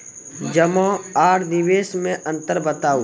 जमा आर निवेश मे अन्तर बताऊ?